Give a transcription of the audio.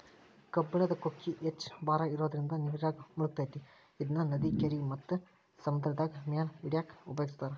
ಕಬ್ಬಣದ ಕೊಕ್ಕಿ ಹೆಚ್ಚ್ ಭಾರ ಇರೋದ್ರಿಂದ ನೇರಾಗ ಮುಳಗತೆತಿ ಇದನ್ನ ನದಿ, ಕೆರಿ ಮತ್ತ ಸಮುದ್ರದಾಗ ಮೇನ ಹಿಡ್ಯಾಕ ಉಪಯೋಗಿಸ್ತಾರ